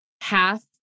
half